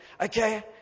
okay